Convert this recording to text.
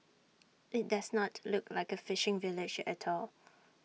IT does not look like A fishing village at all